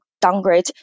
downgrade